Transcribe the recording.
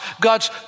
God's